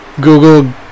Google